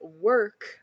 work